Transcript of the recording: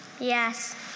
Yes